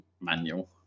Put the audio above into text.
manual